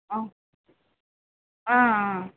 ஆ ஆ ஆ